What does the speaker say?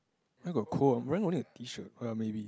where got cold I'm wearing only a T shirt oh maybe